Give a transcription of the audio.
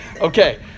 okay